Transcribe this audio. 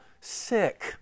sick